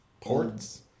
ports